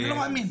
אני לא מאמין.